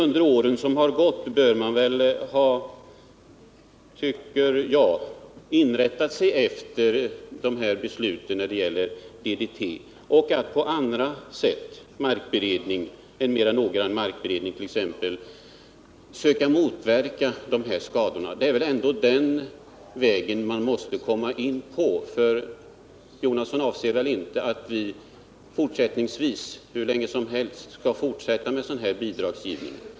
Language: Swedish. Under de år som gått sedan dess bör man, tycker jag, ha inrättat sig efter det beslut som fattats när det gäller DDT och sökt att på andra sätt —t.ex. genom en mera noggrann markberedning — motverka de här skadorna. Det är väl ändå den vägen man måste gå? För Bertil Jonasson menar väl inte att vi hur länge som helst skall fortsätta med den här bidragsgivningen?